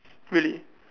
really